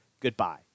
Goodbye